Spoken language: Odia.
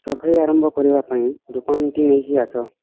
ସଫେଇ ଆରମ୍ଭ କରିବା ପାଇଁ ନେଇକି ଆସ